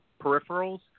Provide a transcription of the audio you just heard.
peripherals